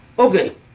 Okay